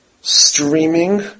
streaming